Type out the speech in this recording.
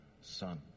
son